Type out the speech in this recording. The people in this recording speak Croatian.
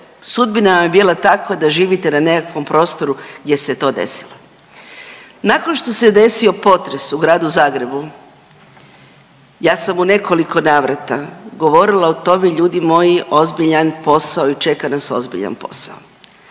sudbina vam je bila takva da živite na nekakvom prostoru gdje se to desilo. Nakon što se desio potres u Gradu Zagrebu ja sam u nekoliko navrata govorila o tome ljudi moji ozbiljan posao i čeka nas ozbiljan posao,